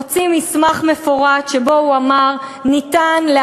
הוציא מסמך מפורט שבו הוא אמר: אפשר